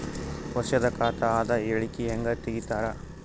ವರ್ಷದ ಖಾತ ಅದ ಹೇಳಿಕಿ ಹೆಂಗ ತೆಗಿತಾರ?